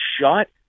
shut